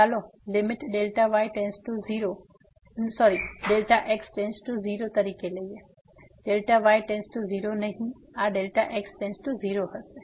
ચાલો limit Δy → 0 માફ કરશો Δx → 0 તરીકે લઈએ Δy → 0 નહીં આ Δx → 0 હશે